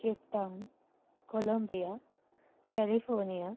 Cape Town Columbia California